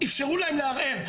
אפשרו להם לערער.